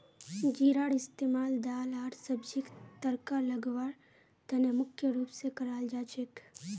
जीरार इस्तमाल दाल आर सब्जीक तड़का लगव्वार त न मुख्य रूप स कराल जा छेक